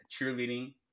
Cheerleading